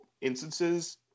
instances